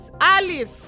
Alice